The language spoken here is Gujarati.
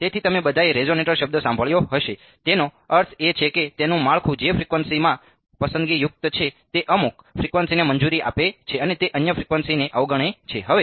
તેથી તમે બધાએ રેઝોનેટર શબ્દ સાંભળ્યો હશે તેનો અર્થ એ છે કે તેનું માળખું જે ફ્રીક્વન્સીઝમાં પસંદગીયુક્ત છે તે અમુક ફ્રીક્વન્સીઝને મંજૂરી આપે છે અને તે અન્ય ફ્રીક્વન્સીઝને અવગણે છે